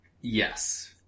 Yes